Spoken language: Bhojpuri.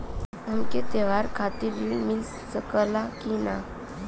हमके त्योहार खातिर त्रण मिल सकला कि ना?